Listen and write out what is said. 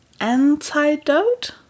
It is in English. antidote